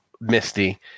misty